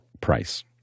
price